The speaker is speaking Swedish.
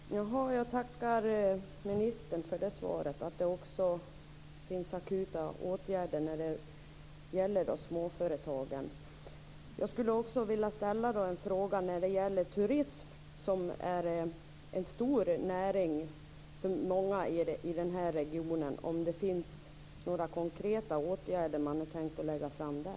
Herr talman! Jag tackar ministern för det svaret, att det finns akuta åtgärder när det gäller småföretagen. Jag vill också ställa en fråga om turism som är en stor näring, om det finns några konkreta åtgärder och när ni har tänkt att lägga fram dem.